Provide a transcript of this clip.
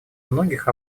многих